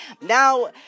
now